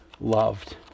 loved